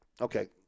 Okay